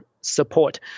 support